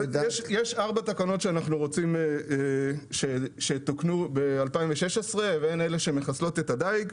יש ארבע תקנות שתוקנו ב-2016 והן אלה שמחסלות את הדיג: